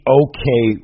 okay